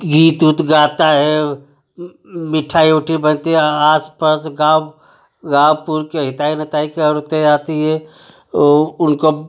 गीत उत गाता है मिठाई ओटी बनती है आस पास गाँव गाँव पुर के हिताई नताई के औरतें आती है ओ उनको